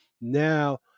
now